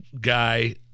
guy